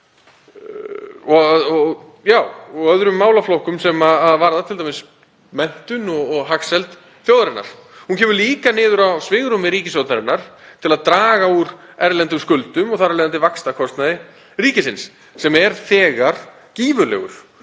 og öðrum málaflokkum sem varða t.d. menntun og hagsæld þjóðarinnar. Hún kemur líka niður á svigrúmi ríkisstjórnarinnar til að draga úr erlendum skuldum og þar af leiðandi vaxtakostnaði ríkisins sem þegar er gífurlegur